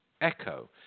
echo